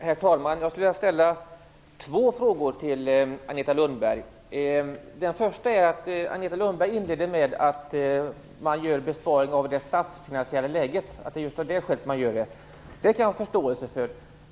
Herr talman! Jag skulle vilja ställa två frågor till Agneta Lundberg inleder med att säga att man gör besparingar på grund av det statsfinansiella läget. Det kan jag ha förståelse för.